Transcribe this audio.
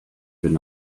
could